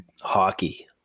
hockey